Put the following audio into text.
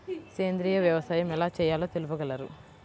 సేంద్రీయ వ్యవసాయం ఎలా చేయాలో తెలుపగలరు?